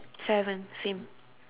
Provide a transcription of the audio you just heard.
seven same